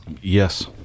Yes